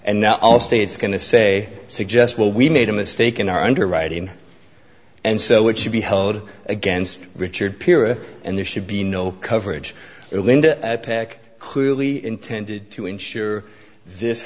and now all states going to say suggest well we made a mistake in our underwriting and so it should be held against richard pira and there should be no coverage linda at pac clearly intended to ensure this